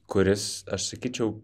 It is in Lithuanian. kuris aš sakyčiau